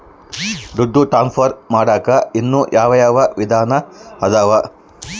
ದುಡ್ಡು ಟ್ರಾನ್ಸ್ಫರ್ ಮಾಡಾಕ ಇನ್ನೂ ಯಾವ ಯಾವ ವಿಧಾನ ಅದವು?